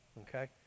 okay